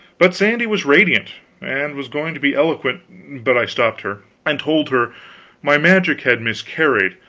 but sandy was radiant and was going to be eloquent but i stopped her, and told her my magic had miscarried,